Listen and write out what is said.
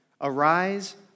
Arise